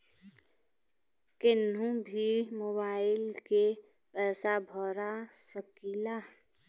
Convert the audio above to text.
कन्हू भी मोबाइल के पैसा भरा सकीला?